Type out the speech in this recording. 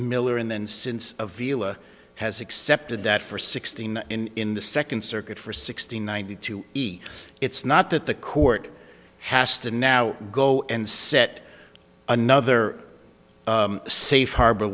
miller and then since a vila has accepted that for sixteen in the second circuit for sixty ninety two it's not that the court has to now go and set another safe harbor